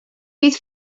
bydd